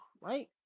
Right